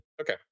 Okay